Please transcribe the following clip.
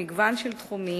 במגוון של תחומים,